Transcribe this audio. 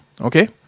Okay